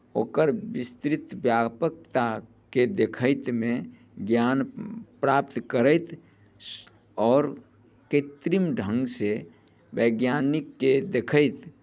ओकर विस्तृत व्यापकताके देखैतमे ज्ञान प्राप्त करैत आओर कृत्रिम ढङ्गसँ वैज्ञानिकके देखैत